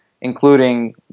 including